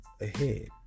ahead